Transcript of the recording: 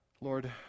Lord